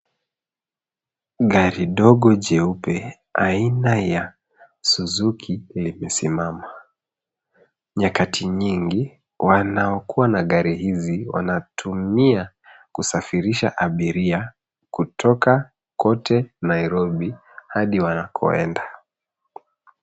Gari dogo jeupe aina ya suzuki limesimama, nyakati nyingi wanaokuwa na gari hazi wanatumia kusafirisha abiria kutoka kote Nairobi hadi wanakoenda.